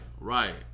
right